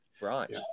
Right